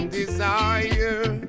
desire